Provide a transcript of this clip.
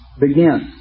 begins